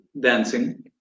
dancing